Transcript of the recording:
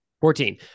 fourteen